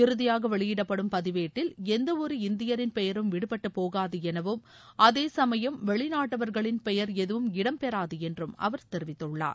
இறுதியாக வெளியிடப்படும் பதிவேட்டில் எந்த ஒரு இந்தியரின் பெயரும் விடுப்பட்டு போகாது எனவும் அதே சமயம் வெளிநாட்டவர்களின் பெயர் எதுவும் இடம் பெறாது என்றும் அவர் தெரிவித்துள்ளார்